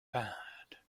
bad